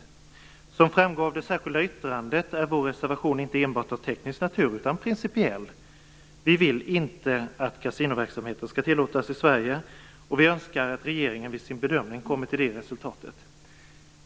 Som framgår av det särskilda yttrandet är vår reservation inte enbart av teknisk natur, utan principiell. Vi vill inte att kasinoverksamhet skall tillåtas i Sverige, och vi önskar att regeringen vid sin bedömning kommer till det resultatet.